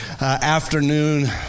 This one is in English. afternoon